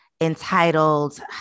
entitled